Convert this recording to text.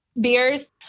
beers